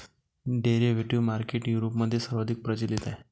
derivative market युरोपमध्ये सर्वाधिक प्रचलित आहे